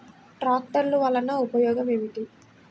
ట్రాక్టర్లు వల్లన ఉపయోగం ఏమిటీ?